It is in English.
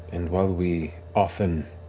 and while we often